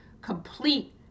complete